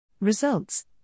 Results